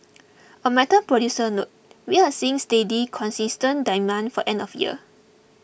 a metal producer noted we are seeing steady consistent demand for end of year